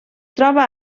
troba